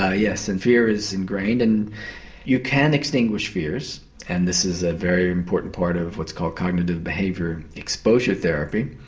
ah yes, and fear is ingrained and you can extinguish fears and this is a very important part of what's called cognitive behaviour exposure therapy,